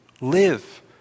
live